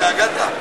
התגעגעת?